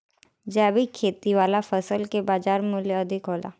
जैविक खेती वाला फसल के बाजार मूल्य अधिक होला